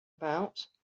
about